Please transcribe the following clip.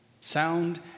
Sound